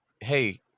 hey